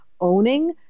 Owning